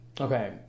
Okay